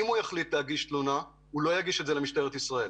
אם הוא יחליט להגיש תלונה הוא לא יגיש למשטרת ישראל.